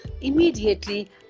Immediately